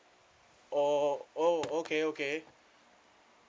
oh oh okay okay